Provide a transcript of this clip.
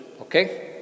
Okay